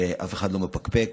ואף אחד לא מפקפק.